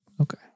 Okay